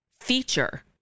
feature